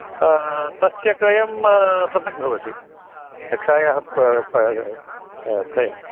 तस्य क्रयं पृथग्भवति कक्षायाः क्रयं